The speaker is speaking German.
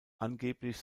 angeblich